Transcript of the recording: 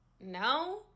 no